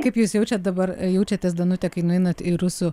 kaip jūs jaučiat dabar jaučiatės danute kai nueinat į rusų